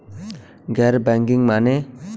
गैर बैंकिंग माने?